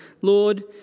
Lord